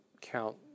count